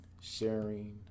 sharing